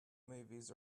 movies